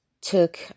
took